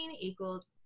equals